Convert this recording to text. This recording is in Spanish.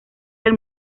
del